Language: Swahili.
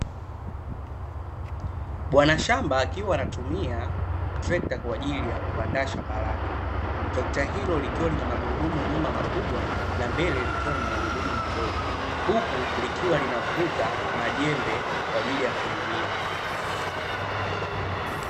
Bwana shamba akiwa anatumia trekta kwajili ya kuandaa shamba lake. Trekta hilo likiwa na magurudumu nyuma makubwa na mbele likiwa na magurudumu madogo. Huku likiwa linavuta majembe kwajili ya kulimia.